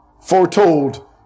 foretold